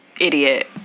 idiot